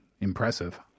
Impressive